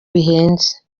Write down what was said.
bihenze